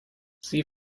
sie